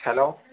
hello